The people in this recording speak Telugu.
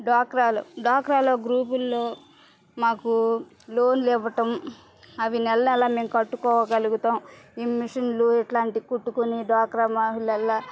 డ్వాక్రాలు డ్వాక్రాలో గ్రూపుల్లో మాకు లోన్లు ఇవ్వడం అవి నెల నెల మేము కట్టుకోగలుగుతాము ఈ మిషన్లు ఇట్లాంటివి కుట్టుకుని డ్వాక్రా మహిళలు